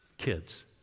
kids